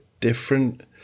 Different